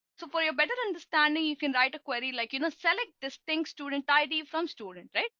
so for your better understanding you can write a query like, you know, select distinct student id from student, right?